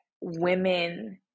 women